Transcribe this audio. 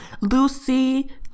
lucy